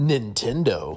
Nintendo